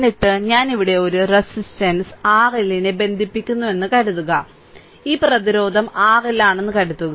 എന്നിട്ട് ഞാൻ ഇവിടെ ഒരു റെസിസ്റ്റൻസ് RL നെ ബന്ധിപ്പിക്കുന്നുവെന്ന് കരുതുക ഈ പ്രതിരോധം RL ആണെന്ന് കരുതുക